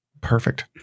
Perfect